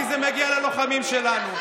כי זה מגיע ללוחמים שלנו.